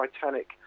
Titanic